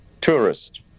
tourist